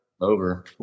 over